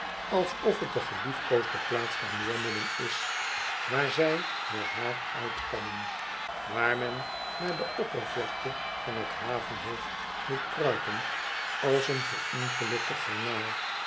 alsof t de geliefkoosde plaats der meerminnen is waar zij heur haar uitkammen waar men naar de oppervlakte van t havenhoofd moet kruipen als een verongelukte garnaal